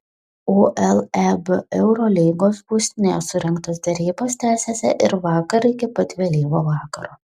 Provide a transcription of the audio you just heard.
uleb eurolygos būstinėje surengtos derybos tęsėsi ir vakar iki pat vėlyvo vakaro